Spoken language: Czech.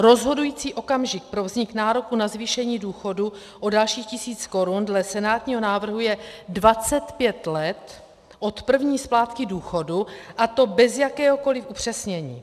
Rozhodující okamžik pro vznik nároku na zvýšení důchodu o dalších tisíc korun dle senátního návrhu je 25 let od první splátky důchodu, a to bez jakéhokoli upřesnění.